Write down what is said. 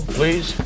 please